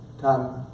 time